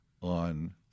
on